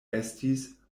estis